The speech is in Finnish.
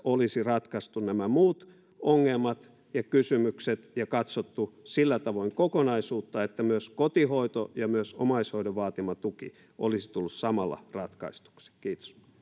olisi ratkaistu nämä muut ongelmat ja kysymykset ja katsottu sillä tavoin kokonaisuutta että myös kotihoito ja myös omaishoidon vaatima tuki olisi tullut samalla ratkaistuksi kiitos